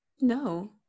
no